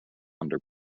under